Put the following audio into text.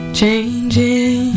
changing